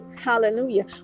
hallelujah